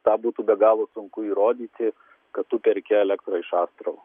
tą būtų be galo sunku įrodyti kad tu perki elektrą iš astravo